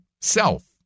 self